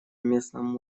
местном